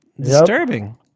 disturbing